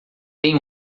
tem